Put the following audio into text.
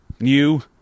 New